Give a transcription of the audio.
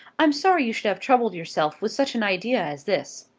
i'm sorry you should have troubled yourself with such an idea as this.